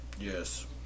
Yes